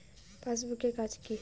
Passbook এর কাজ কি?